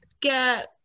get